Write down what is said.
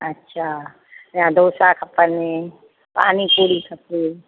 अछा या डोसा खपनि पानी पूरी खपे